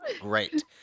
great